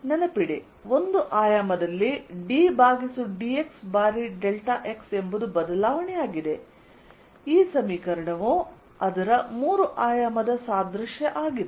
ನೆನಪಿಡಿ ಒಂದು ಆಯಾಮದಲ್ಲಿ ddx ಬಾರಿ Δx ಎಂಬುದು ಬದಲಾವಣೆಯಾಗಿದೆ ಈ ಸಮೀಕರಣವು ಅದರ ಮೂರು ಆಯಾಮದ ಸಾದೃಶ್ಯ ಆಗಿದೆ